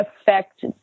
affect